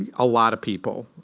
ah a lot of people.